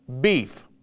beef